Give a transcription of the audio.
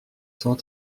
cent